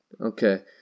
Okay